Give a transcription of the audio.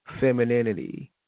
femininity